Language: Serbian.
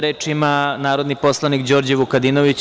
Reč ima narodni poslanik Đorđe Vukadinović.